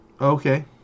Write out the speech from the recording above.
okay